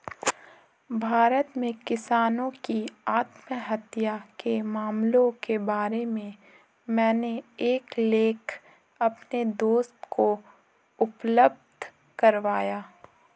भारत में किसानों की आत्महत्या के मामलों के बारे में मैंने एक लेख अपने दोस्त को उपलब्ध करवाया